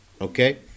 Okay